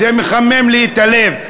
זה מחמם לי את הלב,